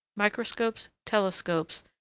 microscopes, telescopes,